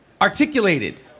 articulated